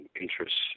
interests